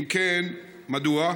2. אם כן, מדוע?